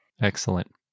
Excellent